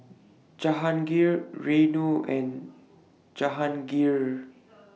Jahangir Renu and Jehangirr